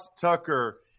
Tucker